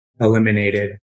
eliminated